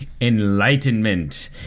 enlightenment